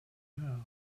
now